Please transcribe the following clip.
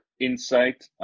insight